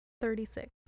thirty-six